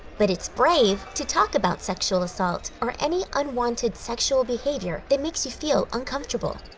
but it's brave to talk about sexual assault or any unwanted sexual behavior that makes you feel uncomfortable.